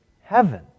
heaven